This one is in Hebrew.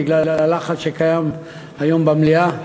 בגלל הלחץ שקיים היום במליאה,